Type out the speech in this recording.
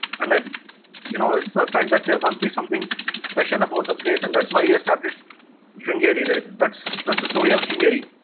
um and you know and so felt that there must be something special about the place and that's why he established sringeri there. that's that's the story of sringeri.